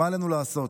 מה עלינו לעשות?